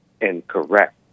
incorrect